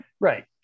Right